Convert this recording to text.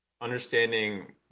understanding